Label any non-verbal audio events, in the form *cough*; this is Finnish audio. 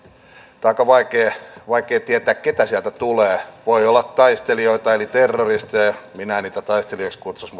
on aika vaikeaa tietää keitä sieltä tulee voi olla taistelijoita eli terroristeja minä en niitä taistelijoiksi kutsuisi *unintelligible*